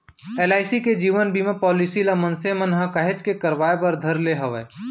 LIC के जीवन बीमा पॉलीसी ल मनसे मन ह काहेच के करवाय बर धर ले हवय